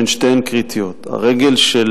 שהן שתיהן קריטיות: הרגל של